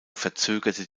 verzögerte